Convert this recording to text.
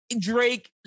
Drake